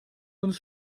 uns